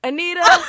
Anita